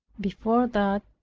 before that,